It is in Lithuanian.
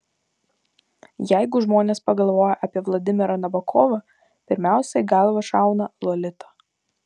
jeigu žmonės pagalvoja apie vladimirą nabokovą pirmiausia į galvą šauna lolita